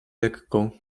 lekko